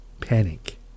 panic